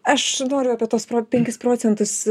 aš noriu apie tuos penkis procentus